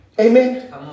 Amen